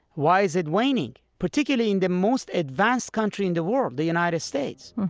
why is it waning? particularly in the most advanced country in the world, the united states.